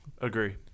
agree